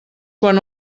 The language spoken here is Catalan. quan